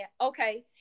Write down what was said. okay